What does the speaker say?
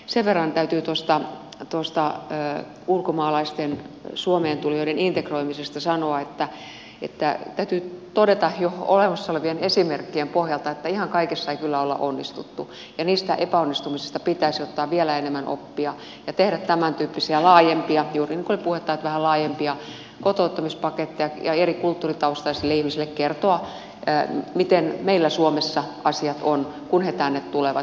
sen verran täytyy tuosta ulkomaalaisten suomeen tulijoiden integroimisesta sanoa täytyy todeta jo olemassa olevien esimerkkien pohjalta että ihan kaikessa ei kyllä olla onnistuttu ja niistä epäonnistumisista pitäisi ottaa vielä enemmän oppia ja tehdä vähän tämäntyyppisiä laajempia juuri niin kuin oli puhetta kotouttamispaketteja ja eri kulttuuritaustaisille ihmisille kertoa miten meillä suomessa asiat ovat kun he tänne tulevat